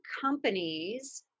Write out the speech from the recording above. companies